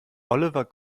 oliver